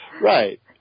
Right